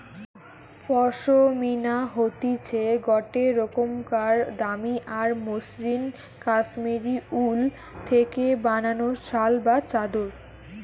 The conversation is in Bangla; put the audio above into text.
পশমিনা হতিছে গটে রোকমকার দামি আর মসৃন কাশ্মীরি উল থেকে বানানো শাল বা চাদর